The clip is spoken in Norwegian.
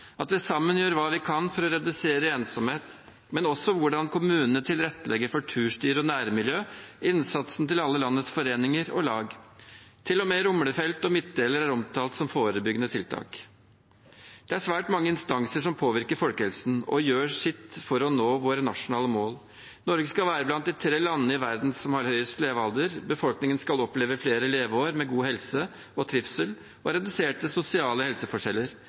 at vi sammen gjør hva vi kan for å redusere ensomhet, men også hvordan kommunene tilrettelegger for turstier og nærmiljø, og innsatsen til alle landets foreninger og lag. Til og med rumlefelt og midtdeler er omtalt som forebyggende tiltak. Det er svært mange instanser som påvirker folkehelsen og gjør sitt for at vi skal nå våre nasjonale mål. Norge skal være blant de tre landene i verden som har høyest levealder, befolkningen skal oppleve flere leveår med god helse og trivsel og med reduserte sosiale helseforskjeller.